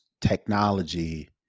technology